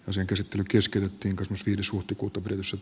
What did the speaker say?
asian käsittely keskeytettiinkatos viides huhtikuuta prinssit